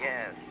Yes